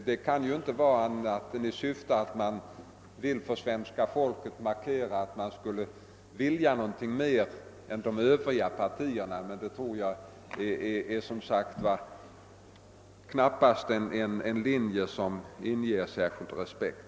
Det kan inte ske i annat syfte än att man för det svenska folket vill ge sken av att man vill något mera än övriga partier. Det är knappast en linje som inger särskild respekt.